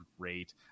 great